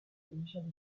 initially